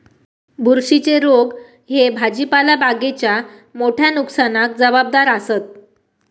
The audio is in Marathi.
बुरशीच्ये रोग ह्ये भाजीपाला बागेच्या मोठ्या नुकसानाक जबाबदार आसत